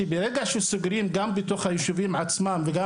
ברגע שסוגרים גם בתוך היישובים עצמם וגם